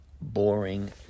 boring